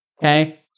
Okay